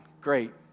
great